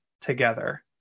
together